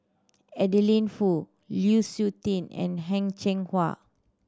Adeline Foo Lu Suitin and Heng Cheng Hwa